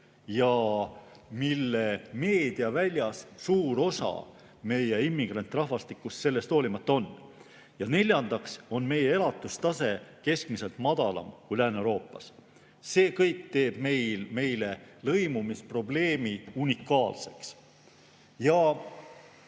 ja mille meediaväljas suur osa meie immigrantrahvastikust sellest hoolimata on. Neljandaks on meie elatustase keskmiselt madalam kui Lääne-Euroopas. See kõik teeb meil lõimumisprobleemi unikaalseks. Mul